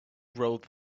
rolled